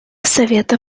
совета